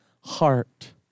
heart